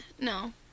no